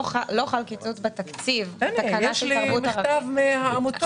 לא חל קיצוץ בתקציב, התקנה של תרבות ערבית.